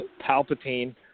Palpatine